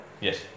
Yes